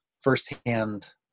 firsthand